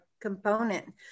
component